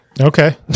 Okay